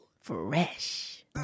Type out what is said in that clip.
fresh